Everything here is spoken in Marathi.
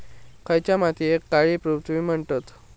खयच्या मातीयेक काळी पृथ्वी म्हणतत?